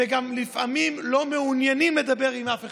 וגם לפעמים לא מעוניינים לדבר עם אף אחד.